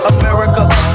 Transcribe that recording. America